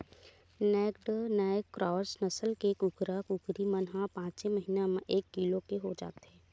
naked neck cross नसल के कुकरा, कुकरी मन ह पाँचे महिना म एक किलो के हो जाथे